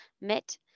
met